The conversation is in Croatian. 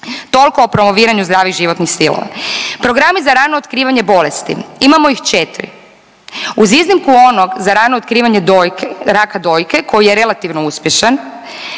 toliko o promoviranju zdravih životnih stilova. Programi za rano otkrivanje bolesti, imamo ih 4, uz iznimku onog za rano otkrivanje dojke, raka dojke koji je relativno uspješan,